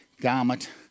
garment